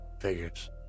Figures